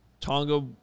Tonga